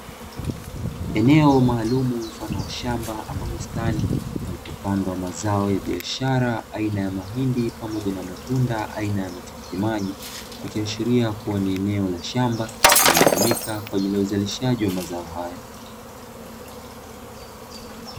Eneo maalumu mfano wa shamba ama bustani, palipopandwa mazao ya biashara aina ya mahindi pamoja na matunda aina ya matikiti maji, ikiashiria kuwa ni eneo la shamba linalotumika kwa ajili ya uzalishaji wa matunda hayo.